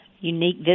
unique